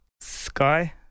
Sky